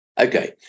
Okay